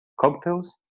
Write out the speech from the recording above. cocktails